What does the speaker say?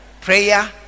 prayer